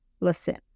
listen